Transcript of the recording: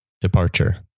Departure